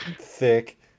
thick